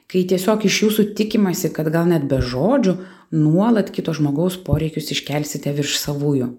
kai tiesiog iš jūsų tikimasi kad gal net be žodžių nuolat kito žmogaus poreikius iškelsite virš savųjų